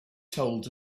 told